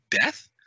death